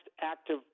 active